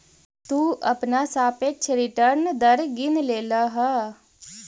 तु अपना सापेक्ष रिटर्न दर गिन लेलह